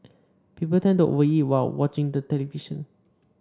people tend to over eat while watching the television